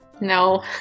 no